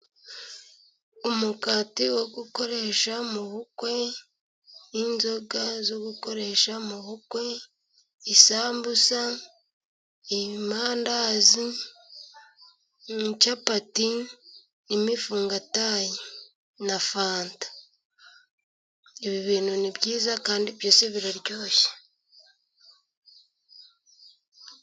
Umugati wo gukoresha mu bukwe n'inzoga zo gukoresha mu bukwe, isambusa, amandazi, amacapati, n'imifungatayi, na fanta, ibi bintu nibyiza kandi byose biraryoshye.